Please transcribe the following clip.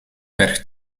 berg